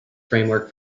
framework